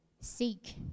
Seek